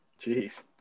Jeez